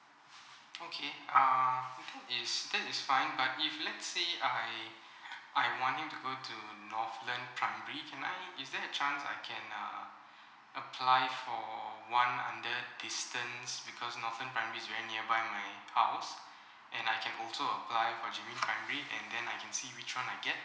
okay uh that is that is fine but if let say I I want him to go to northland primary can I is there a chance I can uh apply for one under distance because northland primary is very nearby my house and I can also apply for xinmin primary and then I can see which one I get